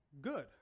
good